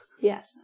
Yes